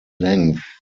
length